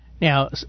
Now